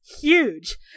huge